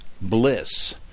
Bliss